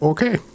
Okay